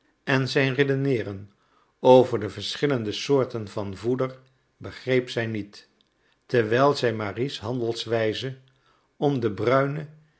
en zijn redeneeren over de verschillende soorten van voeder begreep zij niet terwijl zij marie's handelwijze om de bruine